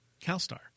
Calstar